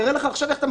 אלה אמצעי זיהוי.